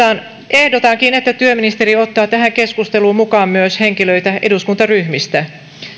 ehdotankin että työministeri ottaa tähän keskusteluun mukaan henkilöitä myös eduskuntaryhmistä